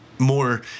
More